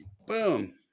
boom